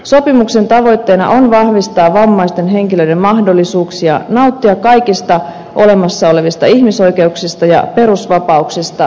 sopimuksen tavoitteena on vahvistaa vammaisten henkilöiden mahdollisuuksia nauttia kaikista olemassa olevista ihmisoikeuksista ja perusvapauksista täysimääräisesti